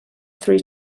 three